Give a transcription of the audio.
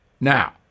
Now